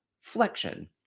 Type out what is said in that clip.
flexion